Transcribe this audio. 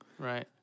Right